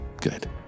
Good